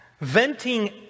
Venting